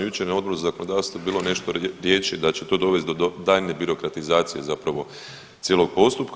Jučer je na Odboru za zakonodavstvo bilo nešto riječi da će to dovesti do daljnje birokratizacije, zapravo cijelog postupka.